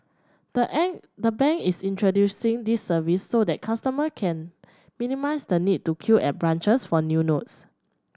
the the bank is introducing this service so that customer can minimise the need to queue at branches for new notes